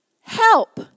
help